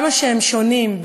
כמה שהם שונים,